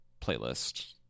playlist